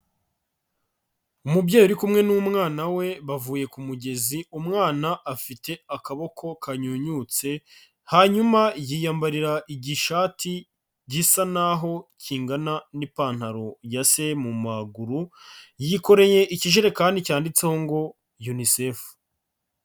Umubyeyi uri kumwe n'umwana we bavuye ku mugezi umwana afite akaboko kanyunyutse, hanyuma yiyambarira igishati gisa n'aho kingana n'ipantaro ya se mu maguru, yikoreye ikijerekani cyanditseho ngo Unicef.